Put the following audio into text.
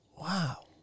wow